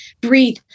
breathe